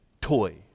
toy